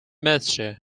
minister